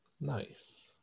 Nice